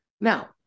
Now